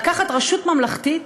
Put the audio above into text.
לקחת רשות ממלכתית,